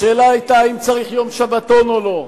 השאלה היתה אם צריך יום שבתון או לא,